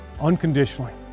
unconditionally